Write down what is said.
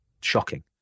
shocking